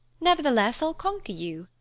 nevertheless, i'll conquer you,